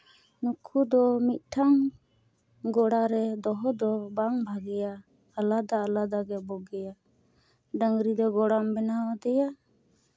ᱱᱩᱠᱩ ᱫᱚ ᱢᱤᱫᱴᱟᱱ ᱜᱚᱲᱟ ᱨᱮ ᱫᱚᱦᱚ ᱫᱚ ᱵᱟᱝ ᱵᱷᱟᱜᱮᱭᱟ ᱟᱞᱟᱫᱟ ᱟᱞᱟᱫᱟ ᱜᱮ ᱵᱩᱜᱤᱭᱟ ᱰᱟᱝᱨᱤ ᱫᱚ ᱜᱚᱲᱟᱢ ᱵᱮᱱᱟᱣ ᱟᱫᱮᱭᱟ